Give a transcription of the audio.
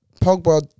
Pogba